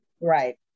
Right